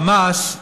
החמאס בדרום,